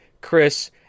Chris